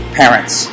parents